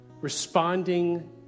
responding